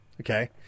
Okay